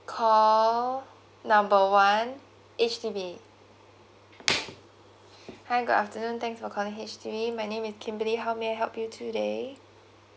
call number one H_D_B hi good afternoon thanks for calling H_D_B my name is kimberly how may I help you today